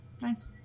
Nice